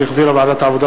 שהחזירה ועדת העבודה,